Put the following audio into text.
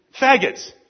faggots